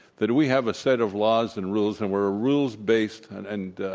that we have a set of laws and rules and we're a rules-based and and